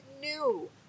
new